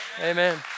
Amen